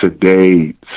today